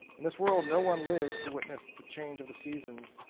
in this world, no one lives to witness the change of the seasons.